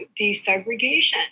desegregation